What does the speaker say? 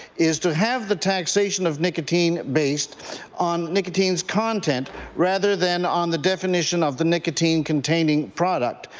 is to have the taxation of nicotine based on nicotine's content rather than on the definition of the nicotine-containing product.